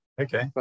Okay